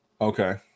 Okay